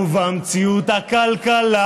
ובמציאות הכלכלה